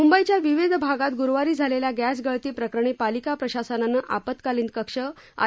मुंबईच्या विविध भागांत ग्रुवारी रात्री झालेल्या गॅस गळती प्रकरणी पालिका प्रशासनानं आपत्कालीन कक्ष आय